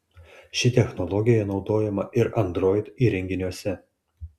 ši technologija naudojama ir android įrenginiuose